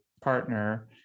partner